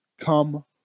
come